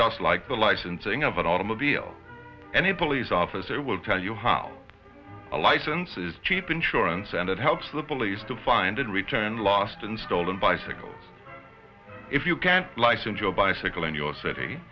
just like the licensing of an automobile and a police officer will tell you how a license is cheap insurance and it helps the police to find and return lost and stolen bicycles if you can license your bicycle in your city